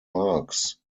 marks